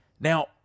Now